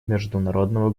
международного